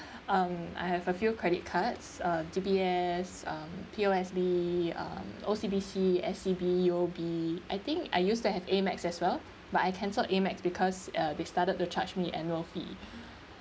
um I have a few credit cards uh D_B_S um P_O_S_B um O_C_B_C S_C_B U_O_B I think I used to have Amex as well but I cancelled Amex because uh they started to charge me annual fee